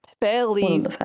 barely